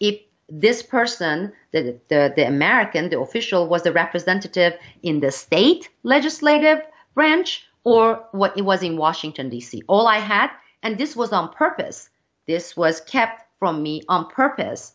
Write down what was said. if this person that the american the official was the representative in the state legislative branch or what it was in washington d c all i had and this was on purpose this was kept from me on purpose